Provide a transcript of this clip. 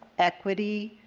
equity,